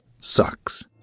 sucks